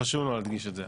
חשוב להדגיש את זה.